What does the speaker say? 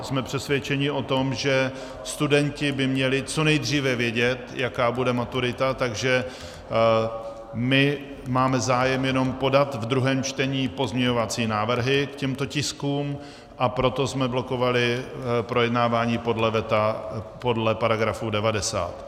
Jsme přesvědčeni o tom, že studenti by měli co nejdříve vědět, jaká bude maturita, takže my máme zájem jenom podat v druhém čtení pozměňovací návrhy k těmto tiskům, a proto jsme blokovali projednávání podle § 90.